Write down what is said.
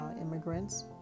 immigrants